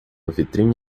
vitrine